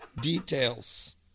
details